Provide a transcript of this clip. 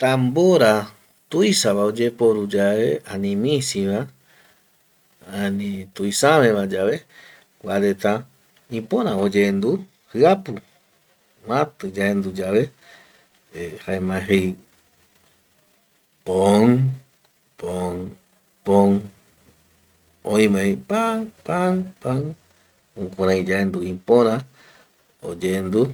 Tampora tuisava oyeporu yave ani misiva, ani tuisaave yave, kuareta ipöra oyendu jiapu mati yaendu yave eh jaema jei pom, pom, pom, oemvi pan, pan, pan. jukuräi yaendu ipora oyendu